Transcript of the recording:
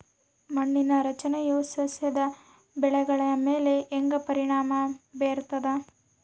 ಮಣ್ಣಿನ ರಚನೆಯು ಸಸ್ಯದ ಬೆಳವಣಿಗೆಯ ಮೇಲೆ ಹೆಂಗ ಪರಿಣಾಮ ಬೇರ್ತದ?